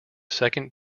second